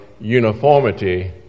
uniformity